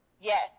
Yes